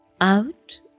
out